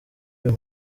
uyu